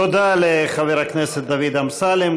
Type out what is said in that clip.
תודה לחבר הכנסת דוד אמסלם.